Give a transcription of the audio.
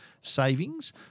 savings